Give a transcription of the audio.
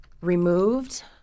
removed